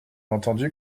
entendu